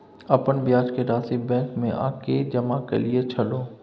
अपन ब्याज के राशि बैंक में आ के जमा कैलियै छलौं?